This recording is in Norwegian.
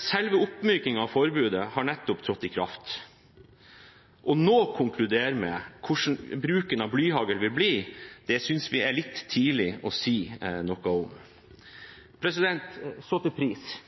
Selve oppmykingen av forbudet har nettopp trådt i kraft. Å konkludere nå med hvordan bruken av blyhagl vil bli, synes vi er litt tidlig. Så til pris: Jeg har gjort en rask undersøkelse av pris